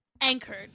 anchored